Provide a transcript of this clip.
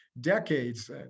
decades